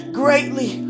greatly